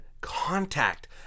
contact